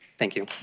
thank you.